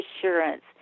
assurance